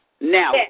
Now